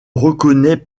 reconnaît